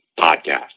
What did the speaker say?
Podcast